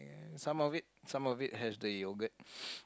some of it some of it have the yogurt